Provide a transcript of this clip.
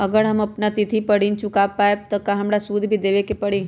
अगर हम अपना तिथि पर ऋण न चुका पायेबे त हमरा सूद भी देबे के परि?